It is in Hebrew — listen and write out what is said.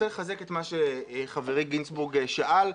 אני רוצה לחזק את מה שחברי גינזבורג שאל.